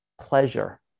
pleasure